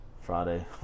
Friday